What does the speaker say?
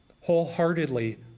wholeheartedly